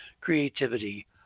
creativity